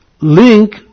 link